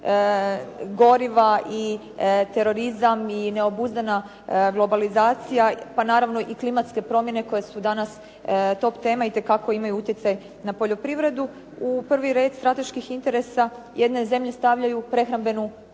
goriva i terorizam i neobuzdana globalizacija, pa naravno i klimatske promjene koje su danas top tema itekako imaju utjecaj na poljoprivredu. U prvi red strateških interesa jedne zemlje stavljaju prehrambenu